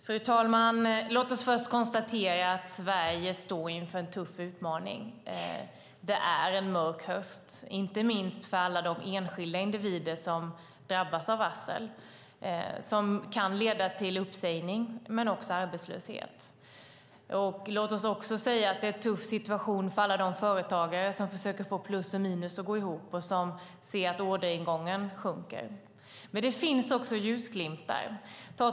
Fru talman! Låt oss först konstatera att Sverige står inför en tuff utmaning. Det är en mörk höst, inte minst för alla de enskilda individer som drabbas av varsel som kan leda till uppsägning och arbetslöshet. Låt oss också säga att det är en tuff situation för alla de företagare som försöker att få plus och minus att gå ihop och som ser att orderingången sjunker. Men det finns också ljusglimtar.